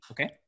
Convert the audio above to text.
Okay